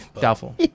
Doubtful